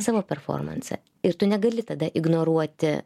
savo performansą ir tu negali tada ignoruoti